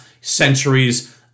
centuries